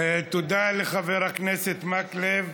תודה לחבר הכנסת מקלב.